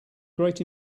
great